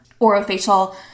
orofacial